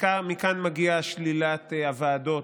מכאן מגיעה שלילת הוועדות.